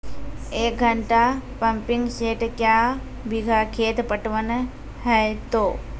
एक घंटा pumping set क्या बीघा खेत पटवन है तो?